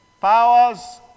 Powers